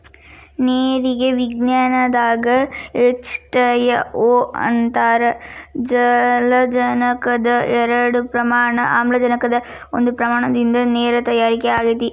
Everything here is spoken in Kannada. ನೇರಿಗೆ ವಿಜ್ಞಾನದಾಗ ಎಚ್ ಟಯ ಓ ಅಂತಾರ ಜಲಜನಕದ ಎರಡ ಪ್ರಮಾಣ ಆಮ್ಲಜನಕದ ಒಂದ ಪ್ರಮಾಣದಿಂದ ನೇರ ತಯಾರ ಆಗೆತಿ